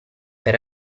per